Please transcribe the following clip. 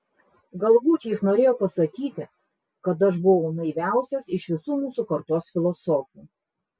galbūt jis norėjo pasakyti kad aš buvau naiviausias iš visų mūsų kartos filosofų